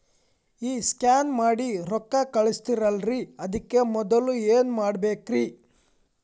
ಈ ಸ್ಕ್ಯಾನ್ ಮಾಡಿ ರೊಕ್ಕ ಕಳಸ್ತಾರಲ್ರಿ ಅದಕ್ಕೆ ಮೊದಲ ಏನ್ ಮಾಡ್ಬೇಕ್ರಿ?